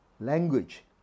language